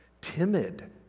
timid